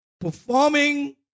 performing